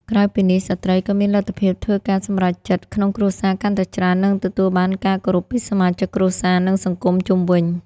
ក្រៅពីនេះ ស្ត្រីក៏មានលទ្ធភាពធ្វើការសម្រេចចិត្តក្នុងគ្រួសារកាន់តែច្រើន និងទទួលបានការគោរពពីសមាជិកគ្រួសារ និងសង្គមជុំវិញ។